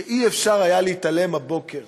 שלא היה אפשר להתעלם הבוקר